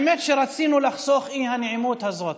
האמת היא שרצינו לחסוך את האי-נעימות הזאת.